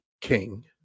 king